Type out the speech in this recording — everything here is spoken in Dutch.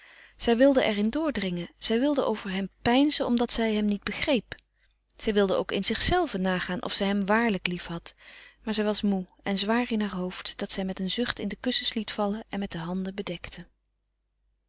zij wilde er in doordringen zij wilde over hem peinzen omdat zij hem niet begreep zij wilde ook in zichzelve nagaan of zij hem waarlijk liefhad maar zij was moê en zwaar in haar hoofd dat zij met een zucht in de kussens liet vallen en met de handen bedekte